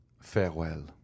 Farewell